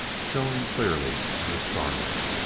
showing clearly in the starlight.